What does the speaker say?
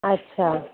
अच्छा